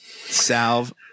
salve